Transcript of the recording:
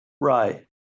Right